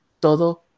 todo